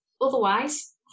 Otherwise